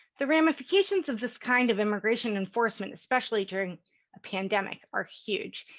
the ramifications of this kind of immigration enforcement, especially during a pandemic, are huge.